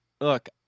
look